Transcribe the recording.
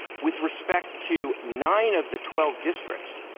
with respect to nine of the twelve districts,